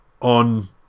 on